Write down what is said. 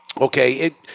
Okay